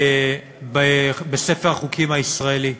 בספר החוקים הישראלי.